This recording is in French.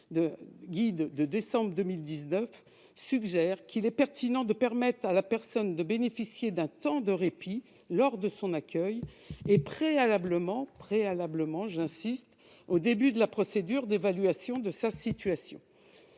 MNA, de décembre 2019, suggère qu'il est pertinent de permettre à la personne de bénéficier d'un temps de répit lors de son accueil et préalablement - j'y insiste -au début de la procédure d'évaluation de sa situation.